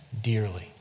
dearly